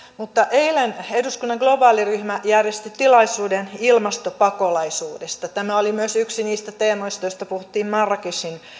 eilen eduskunnan globaaliryhmä järjesti tilaisuuden ilmastopakolaisuudesta tämä oli myös yksi niistä teemoista joista puhuttiin marrakechin